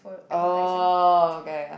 oh okay ya